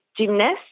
gymnast